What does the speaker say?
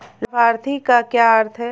लाभार्थी का क्या अर्थ है?